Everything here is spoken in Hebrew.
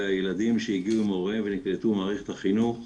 הילדים שהגיעו עם הוריהם ונקלטו במערכת החינוך,